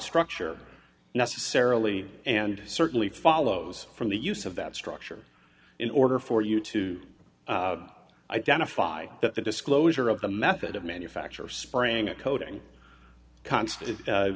structure necessarily and certainly follows from the use of that structure in order for you to identify that the disclosure of the method of manufacture spraying a coating